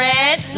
Red